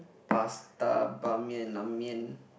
pasta ban-mian la-mian